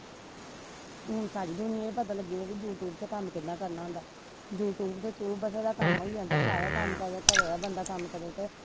हून सारी दुनिया गी पता लग्गी गेआ कि यूट्यूब दा कम्म कियां करना होंदा यूट्यूब दे थ्रू बथ्हेरा कम्म होई जंदा सारा कम्म घरे दा बी कम्म करो ते